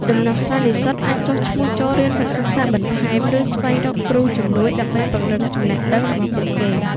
ដំណោះស្រាយនិស្សិតអាចចុះឈ្មោះចូលរៀនវគ្គសិក្សាបន្ថែម ឬស្វែងរកគ្រូជំនួយដើម្បីពង្រឹងចំណេះដឹងរបស់ពួកគេ។